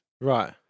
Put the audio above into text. Right